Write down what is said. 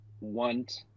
want